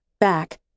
back